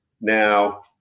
now